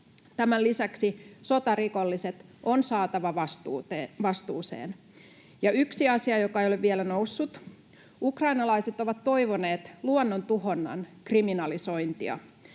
Tämän lisäksi sotarikolliset on saatava vastuuseen. Ja yksi asia, joka ei ole vielä noussut: ukrainalaiset ovat toivoneet luonnontuhonnan kriminalisointia.